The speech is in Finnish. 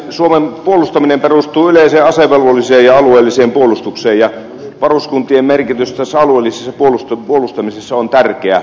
suomen puolustaminen perustuu yleiseen asevelvollisuuteen ja alueelliseen puolustukseen ja varuskuntien merkitys tässä alueellisessa puolustamisessa on tärkeä